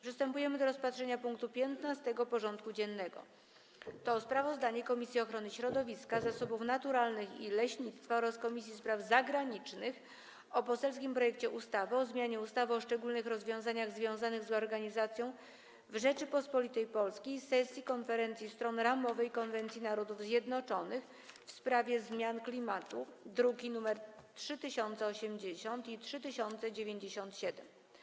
Przystępujemy do rozpatrzenia punktu 15. porządku dziennego: Sprawozdanie Komisji Ochrony Środowiska, Zasobów Naturalnych i Leśnictwa oraz Komisji Spraw Zagranicznych o poselskim projekcie ustawy o zmianie ustawy o szczególnych rozwiązaniach związanych z organizacją w Rzeczypospolitej Polskiej sesji Konferencji Stron Ramowej konwencji Narodów Zjednoczonych w sprawie zmian klimatu (druki nr 3080 i 3097)